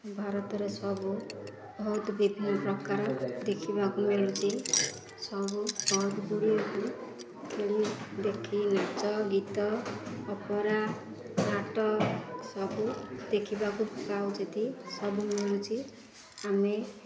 ଭାରତରେ ସବୁ ବହୁତ ବିଭିନ୍ନ ପ୍ରକାର ଦେଖିବାକୁ ମିଳୁଛି ସବୁ ବହୁତ ଗୁଡ଼ିଏକୁ ଖେଳି ଦେଖି ନାଚ ଗୀତ ଅପେରା ନାଟ ସବୁ ଦେଖିବାକୁ ପାଉଛନ୍ତି ସବୁ ମିଳୁଛି ଆମେ